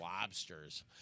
lobsters